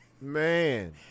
Man